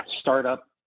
startup